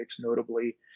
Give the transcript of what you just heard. notably